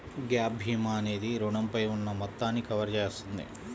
gap భీమా అనేది రుణంపై ఉన్న మొత్తాన్ని కవర్ చేస్తుంది